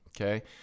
Okay